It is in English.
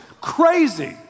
crazy